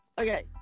Okay